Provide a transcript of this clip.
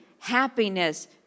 happiness